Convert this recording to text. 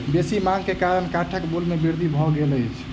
बेसी मांग के कारण काठक मूल्य में वृद्धि भ गेल अछि